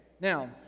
Now